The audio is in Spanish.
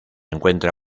encuentra